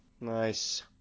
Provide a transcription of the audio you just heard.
Nice